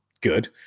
good